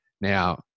Now